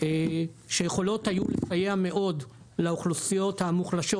שיכולות היו לסייע מאוד לאוכלוסיות המוחלשות